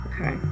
okay